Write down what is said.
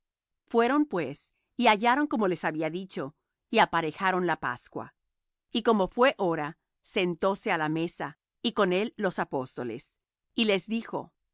fueron pues y hallaron como les había dicho y aparejaron la pascua y como fué hora sentóse á la mesa y con él los apóstoles y les dijo